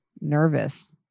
nervous